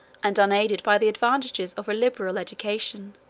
and unaided by the advantages of a liberal education,